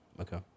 Okay